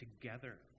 together